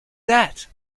that